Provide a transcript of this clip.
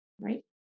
right